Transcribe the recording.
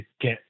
get